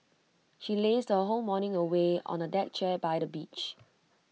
she lazed her whole morning away on A deck chair by the beach